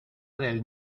del